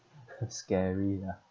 scary ah